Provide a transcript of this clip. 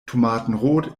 tomatenrot